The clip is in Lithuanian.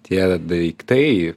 tie daiktai